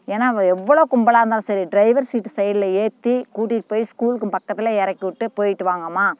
ஏன்னா எவ்வளோ கும்பலாக இருந்தாலும் சரி டிரைவர் சீட்டு சைடில் ஏற்றி கூட்டிட்டு போய் ஸ்கூலுக்கும் பக்கத்தில் இறக்கி விட்டு போய்ட்டு வாங்கம்மா